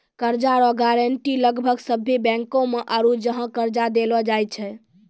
कर्जा रो गारंटी लगभग सभ्भे बैंको मे आरू जहाँ कर्जा देलो जाय छै